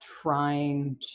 trying